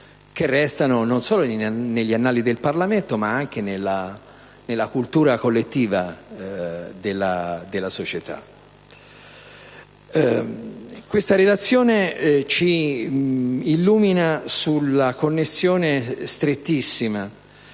che restano non solo negli annali del Parlamento ma anche nella cultura collettiva della società. La relazione ci illumina sulla connessione strettissima